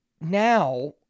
now